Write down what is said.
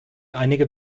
einige